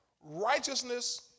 righteousness